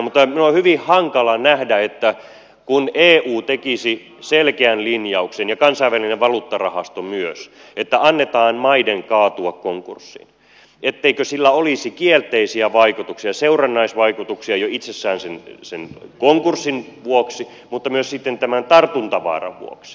mutta minun on hyvin hankala nähdä että kun eu tekisi selkeän linjauksen ja kansainvälinen valuuttarahasto myös että annetaan maiden kaatua konkurssiin etteikö sillä olisi kielteisiä vaikutuksia seurannaisvaikutuksia jo itsessään sen konkurssin vuoksi mutta myös sitten tämän tartuntavaaran vuoksi